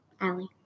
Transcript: Allie